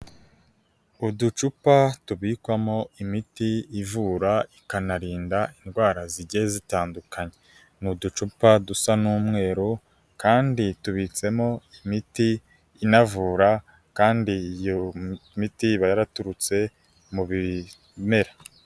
Uducupa tubikwamo imiti ivura ikanarinda indwara zigiye zitandukanye. Ni uducupa dusa n'umweru, kandi tubitsemo imiti inavura, kandi iyo miti iba yaraturutse mu bimera.